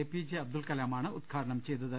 A P J അബ്ദുൾക ലാമാണ് ഉദ്ഘാടനം ചെയ്തത്